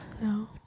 No